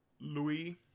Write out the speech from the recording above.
Louis